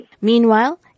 Meanwhile